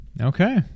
okay